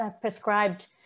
prescribed